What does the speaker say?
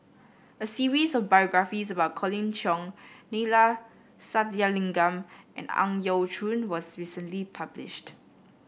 a series of biographies about Colin Cheong Neila Sathyalingam and Ang Yau Choon was recently published